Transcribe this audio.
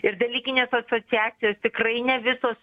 ir dalykinės asociacijos tikrai ne visos